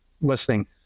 listening